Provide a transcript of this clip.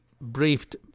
briefed